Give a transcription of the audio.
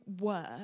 work